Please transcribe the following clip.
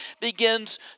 begins